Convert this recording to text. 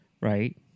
Right